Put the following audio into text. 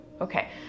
Okay